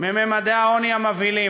מממדי העוני המבהילים,